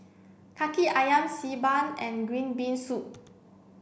Kaki Ayam Xi Ban and green bean soup